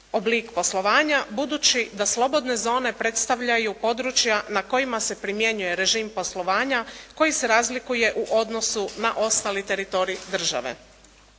oblik poslovanja budući da slobodne zone predstavljaju područja na kojima se primjenjuje režim poslovanja koji se razlikuje u odnosu na ostali teritorij države.